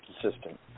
consistent